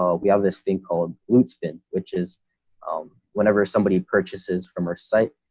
um we have this thing called loot spin, which is um whenever somebody purchases from our site,